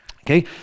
okay